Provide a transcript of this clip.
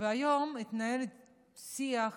היום התנהל שיח